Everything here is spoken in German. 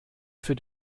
für